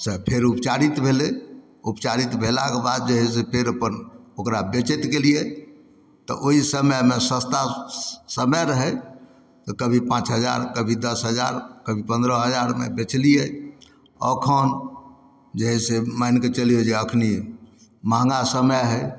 सँ फेर उपचारित भेलै उपचारित भेलाके बाद जे हइ से फेर अपन ओकरा बेचैत गेलियै तऽ ओहि समयमे सस्ता समय रहै तऽ कभी पाँच हजार कभी दस हजार कभी पन्द्रह हजारमे बेचलीयै अखन जे है से मानिके चलियौ जे अखनी महँगा समय हइ